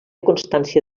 constància